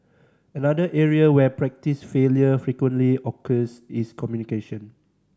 another area where practice failure frequently occurs is communication